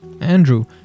Andrew